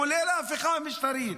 כולל ההפיכה המשטרית,